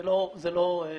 לא סגור.